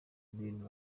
ibintu